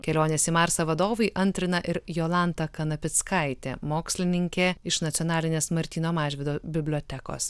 kelionės į marsą vadovui antrina ir jolanta kanapickaitė mokslininkė iš nacionalinės martyno mažvydo bibliotekos